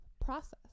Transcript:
process